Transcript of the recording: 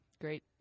great